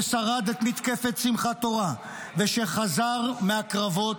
ששרד את מתקפת שמחת תורה, ושחזר מהקרבות,